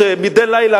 שמדי לילה,